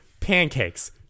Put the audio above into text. Pancakes